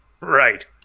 Right